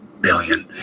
billion